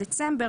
דצמבר,